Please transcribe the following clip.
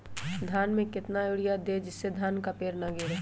धान में कितना यूरिया दे जिससे धान का पेड़ ना गिरे?